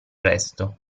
resto